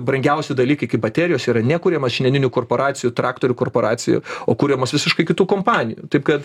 brangiausi dalykai kaip baterijos yra nekuriamos šiandieninių korporacijų traktorių korporacijų o kuriamos visiškai kitų kompanijų taip kad